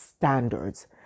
standards